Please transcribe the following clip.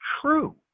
true